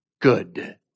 good